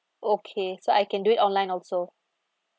okay so I can do it online also